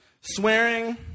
Swearing